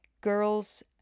girls